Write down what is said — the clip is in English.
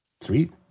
Sweet